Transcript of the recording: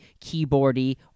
keyboardy